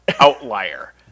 outlier